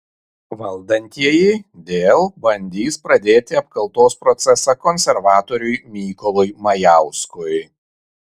valdantieji dėl bandys pradėti apkaltos procesą konservatoriui mykolui majauskui